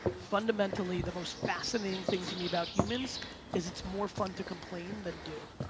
fundamentally the most fascinating thing to me about humans is it's more fun to complain than do,